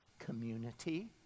community